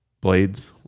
blades